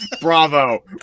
Bravo